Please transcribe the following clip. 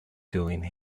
doing